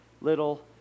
little